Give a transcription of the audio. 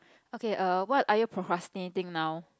okay err what are you procrastinating now